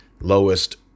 lowest